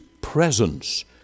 presence